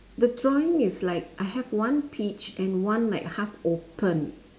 the drawing is like I have one peach and one like half opened